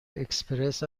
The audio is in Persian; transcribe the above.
اکسپرس